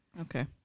okay